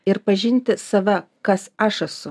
ir pažinti save kas aš esu